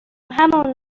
همان